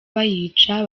bayica